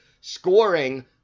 scoring